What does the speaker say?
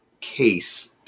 case